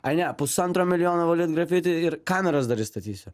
ai ne pusantro milijono nuvalyt grafiti ir kameras dar įstatysiu